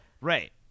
Right